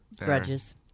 Grudges